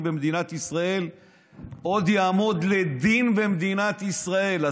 במדינת ישראל עוד יעמוד לדין במדינת ישראל.